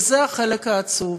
וזה החלק העצוב.